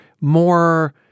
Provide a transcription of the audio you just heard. more